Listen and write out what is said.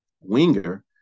winger